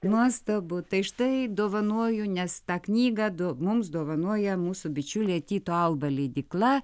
nuostabu tai štai dovanoju nes tą knygą du mums dovanoja mūsų bičiulė tyto alba leidykla